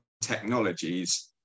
technologies